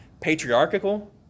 patriarchal